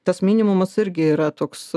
tas minimumas irgi yra toks